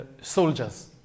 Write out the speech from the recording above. soldiers